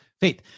Faith